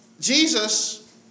Jesus